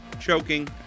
choking